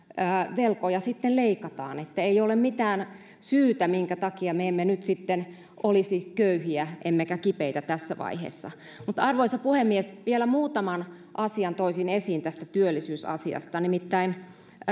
velkoja sitten leikataan että ei ole mitään syytä minkä takia me emme nyt sitten olisi köyhiä emmekä kipeitä tässä vaiheessa arvoisa puhemies vielä muutaman asian toisin esiin tästä työllisyysasiasta nimittäin